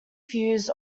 fused